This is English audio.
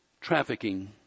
trafficking